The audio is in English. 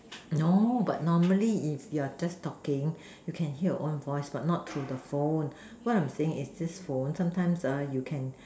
no but normally is yeah just talking you can hear on the voice but not choose the phone what I am saying is this phone sometimes that you can